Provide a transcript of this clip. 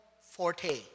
forte